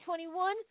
2021